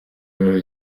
birori